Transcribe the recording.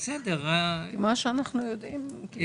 בשביל זה אנחנו נמצאים פה.